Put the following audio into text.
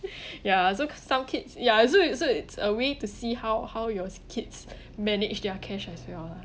ya so some kids ya so it's so it's a way to see how how your kids manage their cash as well lah